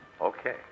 Okay